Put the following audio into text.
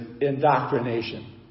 indoctrination